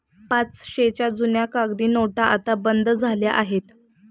पाचशेच्या जुन्या कागदी नोटा आता बंद झाल्या आहेत